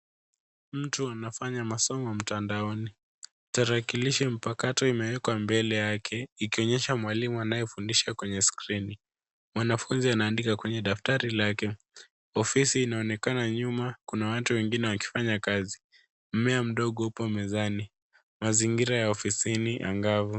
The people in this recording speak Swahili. Mtu anafanya masomo mtandaoni. Tarakilishi mpakato imeekwa mbele yake ikionyesha mwalimu anayefundisha kwenye skrini. Mwanafunzi anaandika kwenye daftari lake. Ofisi inaonekana nyuma. Kuna watu wengine wakifanya kazi. Mmea mdogo hapo mezani. Mazingira ya ofisini angavu.